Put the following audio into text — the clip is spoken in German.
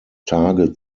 tage